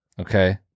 Okay